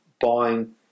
buying